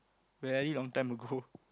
very long time ago